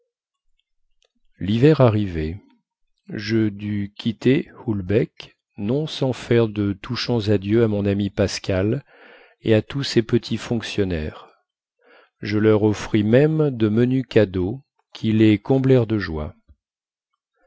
lhiver arrivait je dus quitter houlbec non sans faire de touchants adieux à mon ami pascal et à tous ses petits fonctionnaires je leur offris même de menus cadeaux qui les comblèrent de joie